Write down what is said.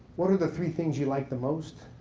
what are the three things you like the most?